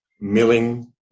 milling